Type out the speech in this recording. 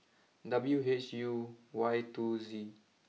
W H U Y two Z